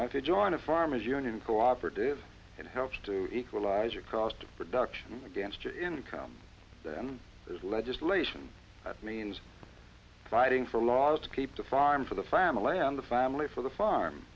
could join a farmer's union cooperative and helps to equalize your cost of production against your income then there's legislation that means fighting for laws to keep the farm for the family and the family for the farm